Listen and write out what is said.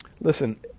Listen